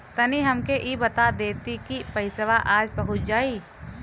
तनि हमके इ बता देती की पइसवा आज पहुँच जाई?